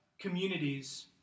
communities